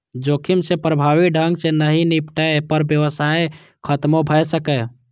जोखिम सं प्रभावी ढंग सं नहि निपटै पर व्यवसाय खतमो भए सकैए